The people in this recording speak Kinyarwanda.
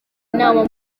inama